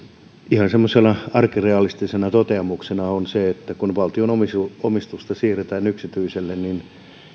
ihan semmoisena arkirealistisena toteamuksena on se että kun valtion omistusta omistusta siirretään yksityiselle niin